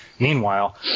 Meanwhile